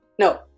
no